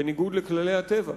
בניגוד לכללי הטבע,